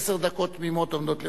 עשר דקות תמימות עומדות לרשותך.